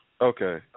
Okay